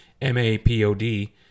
M-A-P-O-D